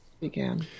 began